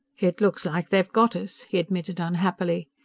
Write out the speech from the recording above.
it looks like they've got us, he admitted unhappily.